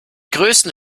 größten